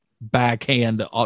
backhand